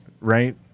right